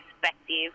perspective